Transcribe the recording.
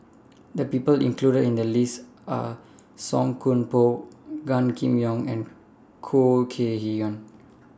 The People included in The lists Are Song Koon Poh Gan Kim Yong and Khoo Kay Hian